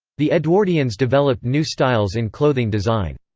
the edwardians developed new styles in clothing design.